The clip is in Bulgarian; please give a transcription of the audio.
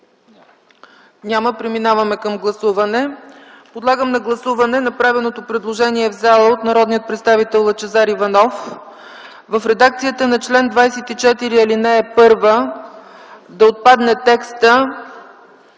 Няма. Преминаваме към гласуване. Поставям на гласуване направеното предложение в залата от народния представител Лъчезар Иванов – в редакцията на чл. 24, ал. 1 да отпадне текстът